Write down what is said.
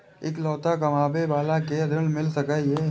इकलोता कमाबे बाला के ऋण मिल सके ये?